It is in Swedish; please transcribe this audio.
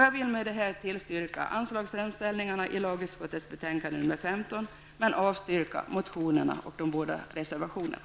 Jag vill med detta tillstyrka anslagsframställningarna i lagutskottets betänkande nr 15, men avstyrka motionerna och de båda reservationerna.